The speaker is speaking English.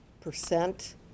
percent